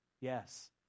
yes